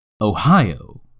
Ohio